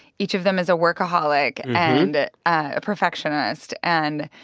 each of them is a workaholic and a perfectionist and,